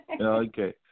Okay